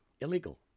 Illegal